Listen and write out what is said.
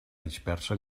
dispersa